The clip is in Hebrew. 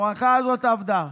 הברכה הזאת עבדה.